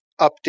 update